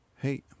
Hey